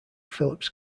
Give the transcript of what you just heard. phillips